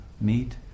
meet